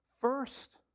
first